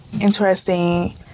interesting